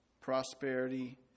prosperity